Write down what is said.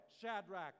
Shadrach